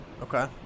Okay